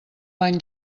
bany